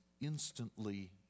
instantly